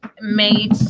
made